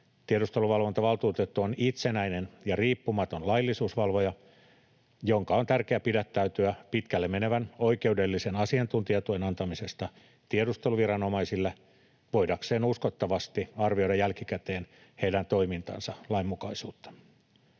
Tiedusteluvalvontavaltuutettu on itsenäinen ja riippumaton laillisuusvalvoja, jonka on tärkeää pidättäytyä pitkälle menevän oikeudellisen asiantuntijatuen antamisesta tiedusteluviranomaisille voidakseen uskottavasti arvioida jälkikäteen heidän toimintansa lainmukaisuutta.